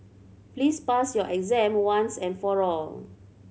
please pass your exam once and for all